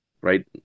right